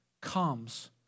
comes